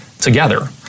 together